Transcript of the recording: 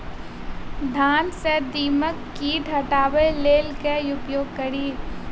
धान सँ दीमक कीट हटाबै लेल केँ उपाय करु?